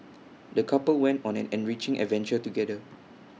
the couple went on an enriching adventure together